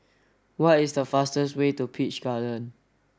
what is the fastest way to Peach Garden